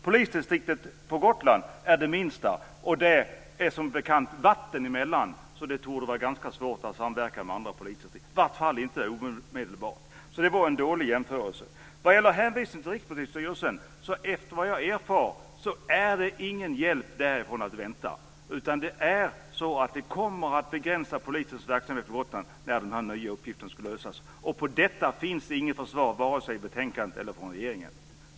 Polisdistriktet på Gotland är det minsta, och det ligger som bekant vatten runtom. Det torde därför vara ganska svårt att samverka med andra polisdistrikt, i varje fall omedelbart. Det var alltså en dålig jämförelse. Efter vad jag erfar är ingen hjälp att vänta från Rikspolisstyrelsen. Att lösa den här nya uppgiften kommer att begränsa polisens verksamhet på Gotland. För detta finns inget försvar, vare sig i betänkandet eller från regeringshåll.